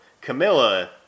Camilla